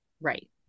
Right